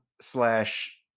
slash